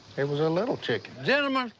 it was a little chicken. gentlemen,